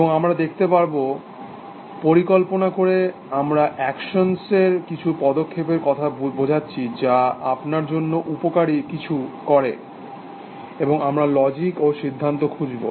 এবং আমরা দেখতে পাব পরিকল্পনা করে আমরা অ্যাকশনের কিছু পদক্ষেপের কথা বোঝাচ্ছি যা আপনার জন্য উপকারি কিছু করে এবং আমরা লজিক ও সিদ্ধান্তও খুঁজব